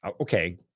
Okay